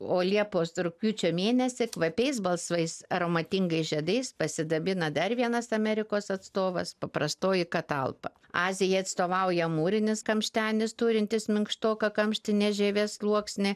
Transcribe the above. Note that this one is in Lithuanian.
o liepos rugpjūčio mėnesį kvapiais balsvais aromatingais žiedais pasidabina dar vienas amerikos atstovas paprastoji katalpa azijai atstovauja amūrinis kamštenis turintis minkštoką kamštinės žievės sluoksnį